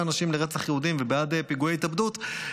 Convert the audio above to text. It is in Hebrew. אנשים לרצח יהודים ובעד פיגועי התאבדות,